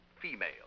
female